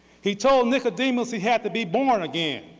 he told nicodemus he had to be born again,